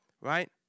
right